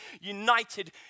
united